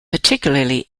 particularly